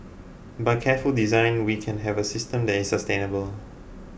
by careful design we can have a system that is sustainable